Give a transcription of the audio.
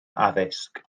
addysg